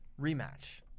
rematch